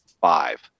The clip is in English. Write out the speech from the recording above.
five